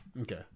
Okay